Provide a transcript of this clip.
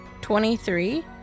Twenty-three